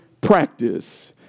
practice